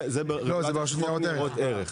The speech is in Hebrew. זה ברשות לניירות ערך.